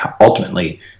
ultimately